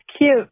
cute